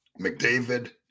McDavid